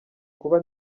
kuba